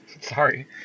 Sorry